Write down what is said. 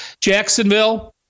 Jacksonville